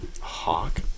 hawk